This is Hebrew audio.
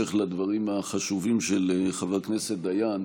בהמשך לדברים החשובים של חבר הכנסת דיין,